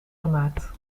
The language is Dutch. gemaakt